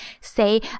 Say